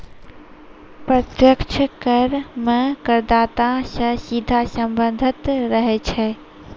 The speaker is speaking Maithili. प्रत्यक्ष कर मे करदाता सं सीधा सम्बन्ध रहै छै